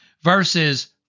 verses